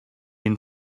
and